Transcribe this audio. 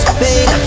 pain